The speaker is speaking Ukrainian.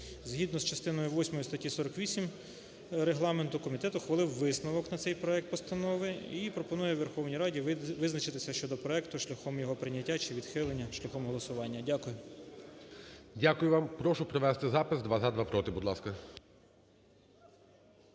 Згідно з частиною восьмою статті 48 Регламенту комітет ухвалив висновок на цей проект постанови і пропонує Верховній Раді визначитися щодо проекту шляхом його прийняття чи відхилення, шляхом голосування. Дякую. ГОЛОВУЮЧИЙ. Дякую вам. Прошу провести запис: два – за, два – проти, будь ласка.